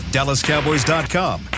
DallasCowboys.com